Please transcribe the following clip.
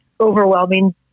overwhelming